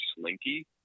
slinky